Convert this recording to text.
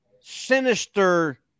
sinister